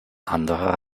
anderer